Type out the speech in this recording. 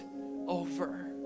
over